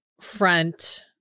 front